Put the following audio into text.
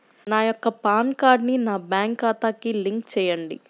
నా యొక్క పాన్ కార్డ్ని నా బ్యాంక్ ఖాతాకి లింక్ చెయ్యండి?